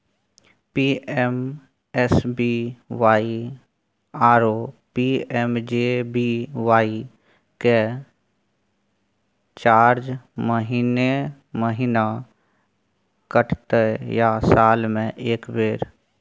PMSBY आरो PMJBY के charge महीने महीना कटते या साल म एक बेर?